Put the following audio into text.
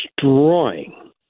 destroying